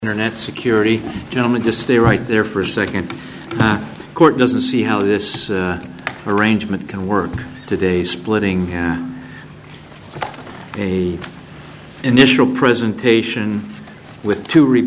internet security gentlemen just stay right there for a second court doesn't see how this arrangement can work today splitting a initial presentation with two re